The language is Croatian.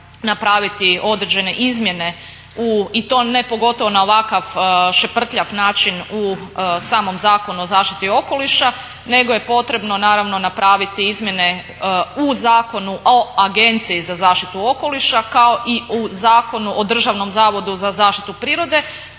napraviti određene izmjene i to ne pogotovo na ovakav šeprtljav način u samom Zakonu o zaštiti okoliša nego je potrebno naravno napraviti izmjene u zakonu o Agenciji za zaštitu okoliša kao i u Zakonu o Državnom zavodu za zaštitu prirode